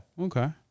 Okay